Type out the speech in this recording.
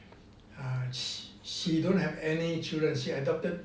ah she don't have any children she adopted